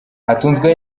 atunzwe